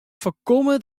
foarkomme